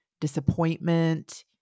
disappointment